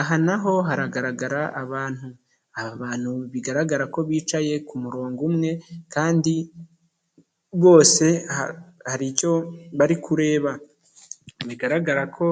Aha naho haragaragara abantu, abantu bigaragara ko bicaye ku murongo umwe kandi bose hari icyo bari kureba, bigaragara ko